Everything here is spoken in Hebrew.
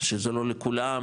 שזה לא לכולם,